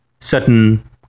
certain